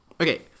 Okay